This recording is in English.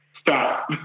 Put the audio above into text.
stop